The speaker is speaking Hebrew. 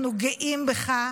אנחנו גאים בך.